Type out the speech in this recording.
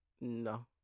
No